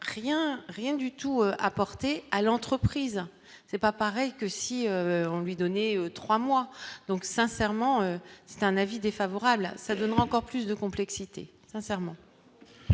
rien du tout, apporter à l'entreprise, c'est pas pareil que si on lui donner 3 mois donc, sincèrement c'est un avis défavorable, ça donne encore plus de complexité sincèrement.